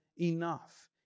enough